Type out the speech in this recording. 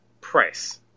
price